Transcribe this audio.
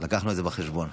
לקחנו את זה בחשבון.